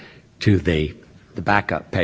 to this order